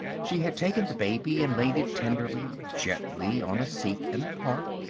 she had taken the baby and laid it tenderly, gently on a seat in the park.